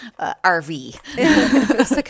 RV